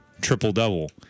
triple-double